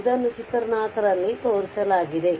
ಇದನ್ನು ಚಿತ್ರ 4ರಲ್ಲಿ ತೋರಿಸಲಾಗಿದೆ